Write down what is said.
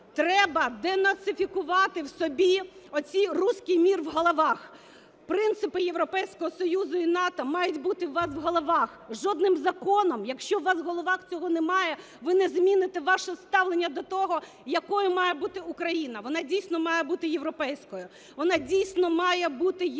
треба денацифікувати в собі оцей "русский мир" в головах. Принципи Європейського Союзу і НАТО мають бути у вас в головах. Жодним законом, якщо у вас в головах цього немає, ви не зміните ваше ставлення до того, якою має бути Україна. Вона дійсно має бути європейською, вона дійсно має бути євроатлантичною,